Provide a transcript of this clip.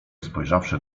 spojrzawszy